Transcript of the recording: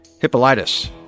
Hippolytus